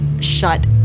shut